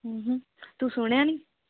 ਹਮ ਹਮ ਤੂੰ ਸੁਣਿਆ ਨਹੀਂ